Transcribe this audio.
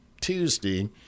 Tuesday